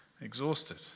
exhausted